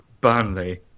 Burnley